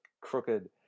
crooked